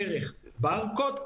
דרך ברקוד,